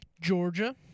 georgia